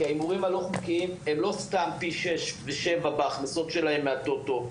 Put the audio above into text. כי ההימורים הלא חוקיים הם לא סתם פי שש ושבע בהכנסות שלהם מהטוטו.